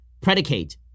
predicate